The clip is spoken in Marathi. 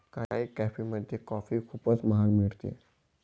काही कॅफेमध्ये कॉफी खूपच महाग मिळते